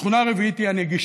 התכונה הרביעית היא הנגישות.